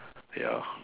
ya